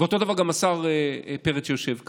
ואותו דבר גם השר פרץ, שיושב כאן.